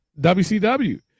WCW